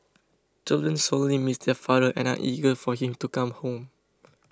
children sorely miss their father and are eager for him to come home